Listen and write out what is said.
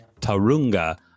tarunga